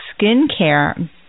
skincare